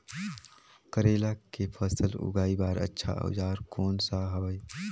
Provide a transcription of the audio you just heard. करेला के फसल उगाई बार अच्छा औजार कोन सा हवे?